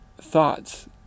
thoughts